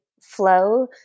flow